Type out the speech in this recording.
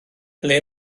ble